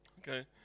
Okay